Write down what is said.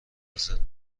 لذت